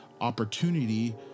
opportunity